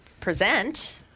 present